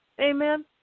Amen